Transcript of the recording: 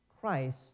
Christ